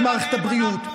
הפקרתם את מערכת הבריאות.